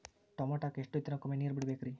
ಟಮೋಟಾಕ ಎಷ್ಟು ದಿನಕ್ಕೊಮ್ಮೆ ನೇರ ಬಿಡಬೇಕ್ರೇ?